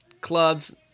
clubs